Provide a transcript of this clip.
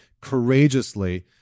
courageously